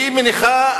היא מניחה,